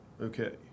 okay